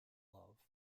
love